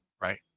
right